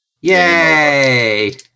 Yay